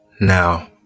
Now